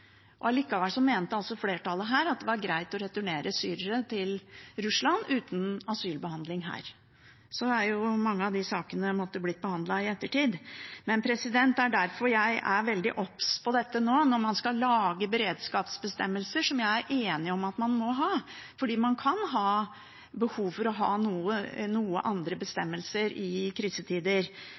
Allikevel mente altså flertallet her at det var greit å returnere syrere til Russland uten asylbehandling her. Så har jo mange av de sakene måttet bli behandlet i ettertid. Det er derfor jeg er veldig obs på dette nå når man skal lage beredskapsbestemmelser, som jeg er enig i at man må ha, for man kan ha behov for å ha noen andre bestemmelser i krisetider.